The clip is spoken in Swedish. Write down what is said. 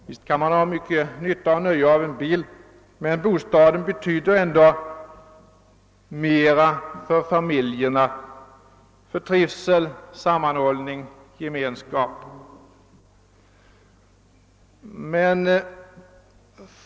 Visst kan man ha stor nytta och nöje av en bil, men bostaden betyder ändå mer för familjen, för trivsel, sammanhållning och gemenskap.